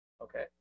Okay